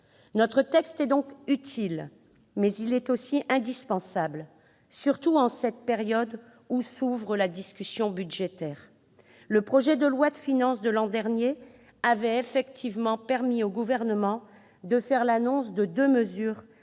Notre texte est donc utile, mais il est aussi indispensable, surtout en cette période où s'ouvre la discussion budgétaire. Le projet de loi de finances de l'an dernier avait effectivement permis au Gouvernement de faire l'annonce de deux mesures